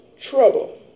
trouble